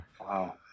Wow